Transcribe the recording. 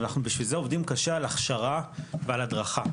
בגלל זה אנחנו עובדים קשה על הכשרה ועל הדרכה.